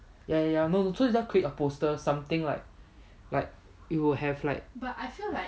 ya ya ya no no so it's just create a poster something like like it would have like